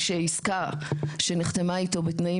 העניין.